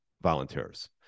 volunteers